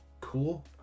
cool